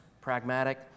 pragmatic